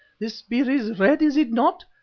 the spear is red, is it not?